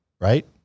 right